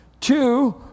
Two